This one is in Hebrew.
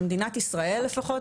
במדינת ישראל לפחות,